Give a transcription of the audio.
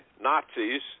Nazis